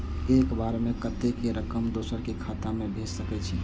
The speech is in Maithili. एक बार में कतेक रकम दोसर के खाता में भेज सकेछी?